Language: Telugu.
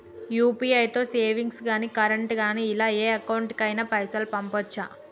యూ.పీ.ఐ తో సేవింగ్స్ గాని కరెంట్ గాని ఇలా ఏ అకౌంట్ కైనా పైసల్ పంపొచ్చా?